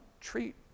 treat